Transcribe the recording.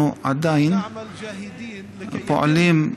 אנחנו עדיין פועלים,